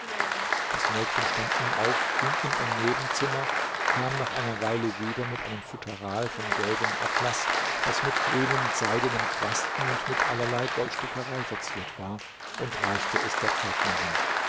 das mädchen stand nun auf ging in ein nebenzimmer kam nach einer weile wieder mit einem futteral von gelbem atlas das mit grünen seidenen quasten und mit allerlei goldstickerei verziert war und reichte es der pförtnerin